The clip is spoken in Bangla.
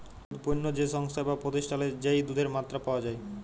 দুধ পণ্য যে সংস্থায় বা প্রতিষ্ঠালে যেই দুধের মাত্রা পাওয়া যাই